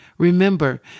Remember